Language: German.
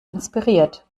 inspiriert